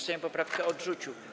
Sejm poprawkę odrzucił.